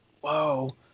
whoa